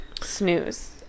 snooze